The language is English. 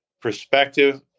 perspective